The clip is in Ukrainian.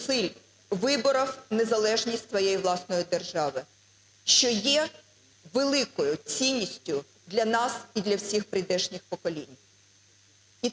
виборов незалежність своєї власної держави, що є великою цінністю для нас і для всіх прийдешніх поколінь.